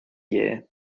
year